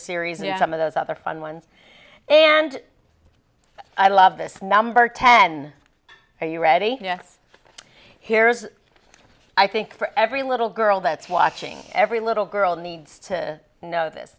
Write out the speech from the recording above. some of those other fun ones and i love this number ten are you ready yes here's i think for every little girl that's watching every little girl needs to know this